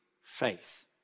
faith